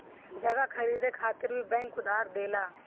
जगह खरीदे खातिर भी बैंक उधार देला